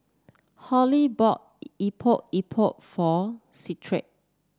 Hallie bought Epok Epok for Cephus